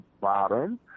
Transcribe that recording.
bottom